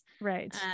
right